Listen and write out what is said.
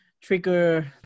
trigger